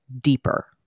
deeper